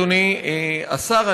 אדוני השר,